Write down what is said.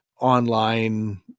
online